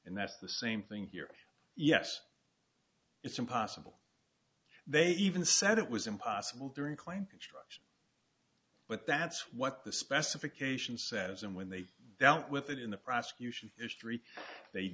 and that's the same thing here yes it's impossible they even said it was impossible during claim construct but that's what the specification says and when they dealt with it in the prosecution it's three they